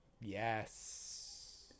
Yes